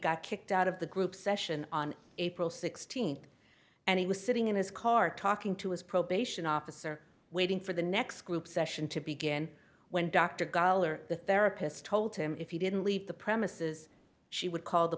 got kicked out of the group session on april sixteenth and he was sitting in his car talking to his probation officer waiting for the next group session to begin when dr gahl or the therapist told him if he didn't leave the premises she would call the